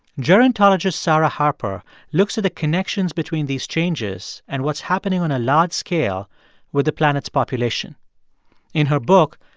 gerontologist sarah harper looks at the connections between these changes and what's happening on a large scale with the planet's population in her book,